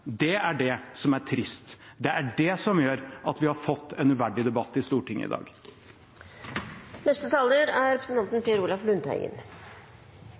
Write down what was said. Det er det som er trist. Det er det som gjør at vi har fått en uverdig debatt i Stortinget i dag. Det faktum at det er